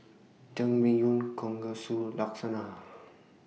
Jangmyeon Kalguksu Lasagna